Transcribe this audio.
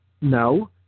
No